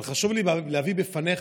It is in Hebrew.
אבל חשוב לי להביא בפניך,